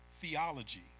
theology